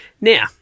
Now